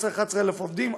חסרים 11,000 עובדים,